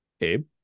Abe